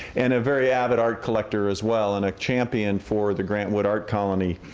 and a very avid art collector as well and a champion for the grant wood art colony.